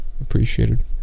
appreciated